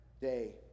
day